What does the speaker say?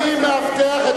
אני מאבטח את